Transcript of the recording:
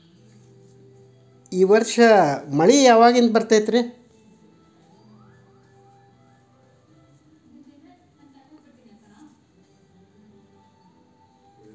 ಈ ವರ್ಷ ಮಳಿ ಯಾವಾಗಿನಿಂದ ಬರುತ್ತದೆ?